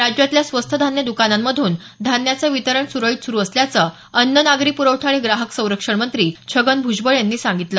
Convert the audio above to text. राज्यातल्या स्वस्त धान्य द्कानांमधून धान्याचं वितरण सुरळीत सुरु असल्याचं अन्न नागरी प्रवठा आणि ग्राहक संरक्षण मंत्री छगन भ्जबळ यांनी सांगितलं